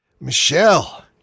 Michelle